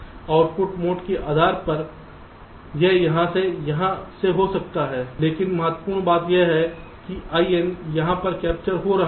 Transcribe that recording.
output mode के आधार पर यह यहाँ से या यहाँ से हो सकता है लेकिन महत्वपूर्ण बात यह है कि in यहाँ पर कैप्चर हो रहा है